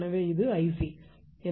எனவே இது 𝐼𝑐